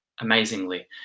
amazingly